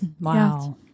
Wow